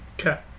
Okay